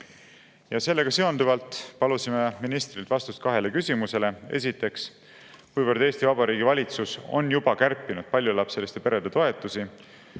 edasi. Sellega seonduvalt palusime ministrilt vastust kahele küsimusele. Esiteks, kuivõrd Eesti Vabariigi valitsus on juba kärpinud paljulapseliste perede toetusi,